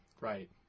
Right